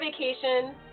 Vacation